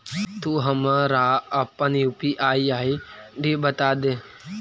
तु हमरा अपन यू.पी.आई आई.डी बतादे